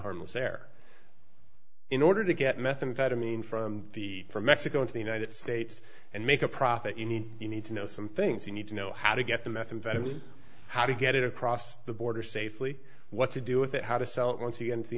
harmless there in order to get methamphetamine from the from mexico into the united states and make a profit you need you need to know some things you need to know how to get the methamphetamine how to get it across the border safely what to do with it how to sell it once again to the